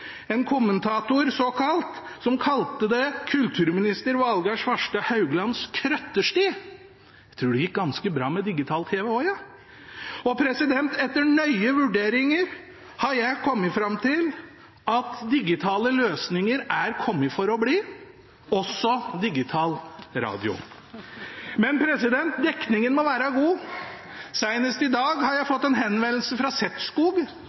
en såkalt kommentator, og kalte det kulturminister Valgerd Svarstad Hauglands krøttersti. Jeg tror det gikk ganske bra med digital-TV også, jeg. Etter nøye vurderinger har jeg kommet fram til at digitale løsninger er kommet for å bli, også digital radio. Men dekningen må være god. Senest i dag har jeg fått en henvendelse fra Setskog